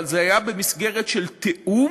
אבל זה היה במסגרת של תיאום,